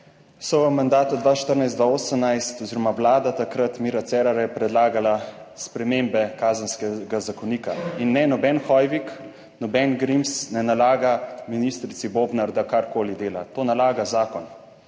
so v mandatu 2014-2018 oziroma vlada takrat Mira Cerarja je predlagala spremembe Kazenskega zakonika in ne noben Hoivik, noben Grims ne nalaga ministrici Bobnar, da karkoli dela. To nalaga zakon,